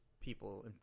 people